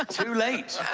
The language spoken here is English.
too late.